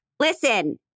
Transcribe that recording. Listen